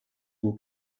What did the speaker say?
will